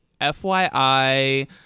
FYI